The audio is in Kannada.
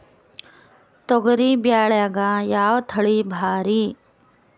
ತೊಗರಿ ಬ್ಯಾಳ್ಯಾಗ ಯಾವ ತಳಿ ಭಾರಿ?